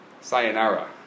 sayonara